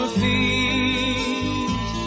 feet